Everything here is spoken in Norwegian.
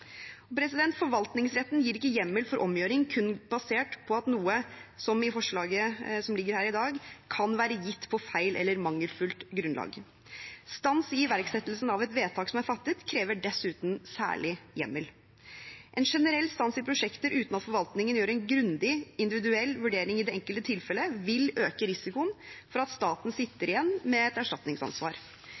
Forvaltningsretten gir ikke hjemmel for omgjøring kun basert på at noe – som i forslaget som ligger her i dag – kan være gitt på feil eller mangelfullt grunnlag. Stans i iverksettelsen av et vedtak som er fattet, krever dessuten særlig hjemmel. En generell stans i prosjekter uten at forvaltningen gjør en grundig individuell vurdering i det enkelte tilfelle, vil øke risikoen for at staten sitter igjen med et erstatningsansvar.